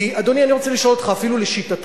כי, אדוני, אני רוצה לשאול אותך: אפילו לשיטתך,